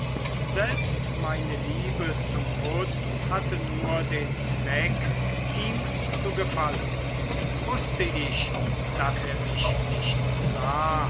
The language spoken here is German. selbst meine liebe zum putz hatte nur den zweck ihm zu gefallen wußte ich daß er mich nicht sah